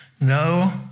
no